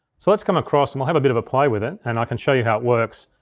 so let's come across and we'll have a bit of a play with it and i can show you how it works.